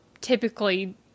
typically